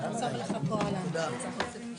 כ"ז באדר תשפ"ג.